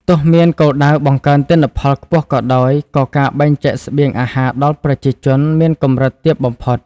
ទោះមានគោលដៅបង្កើនទិន្នផលខ្ពស់ក៏ដោយ ក៏ការបែងចែកស្បៀងអាហារដល់ប្រជាជនមានកម្រិតទាបបំផុត ។